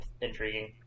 intriguing